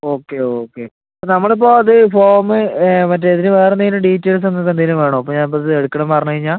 okay okay നമ്മളിപ്പോൾ അത് form മറ്റേ ഇതിന് വേറ എന്തെങ്കിലും ഡീറ്റെയിൽസ് അങ്ങനത്തെ എന്തെങ്കിലും വേണോ അപ്പോൾ ഞാനിപ്പോഴിത് എടൂക്കണം പറഞ്ഞ് കഴിഞ്ഞാൽ